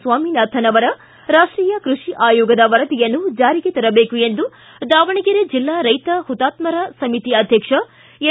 ಸ್ವಾಮಿನಾಥನ್ ಅವರ ರಾಷ್ಷೀಯ ಕೃಷಿ ಆಯೋಗದ ವರದಿಯನ್ನು ಜಾರಿಗೆ ತರಬೇಕು ಎಂದು ದಾವಣಗೆರೆ ಜಿಲ್ಲಾ ರೈತ ಹುತಾತ್ಮರ ಸಮಿತಿ ಅಧ್ಯಕ್ಷ ಎನ್